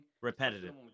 Repetitive